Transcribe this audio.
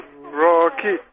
Rocky